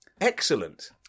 Excellent